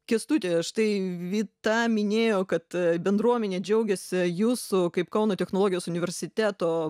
kęstuti štai vita minėjo kad bendruomenė džiaugiasi jūsų kaip kauno technologijos universiteto